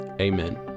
Amen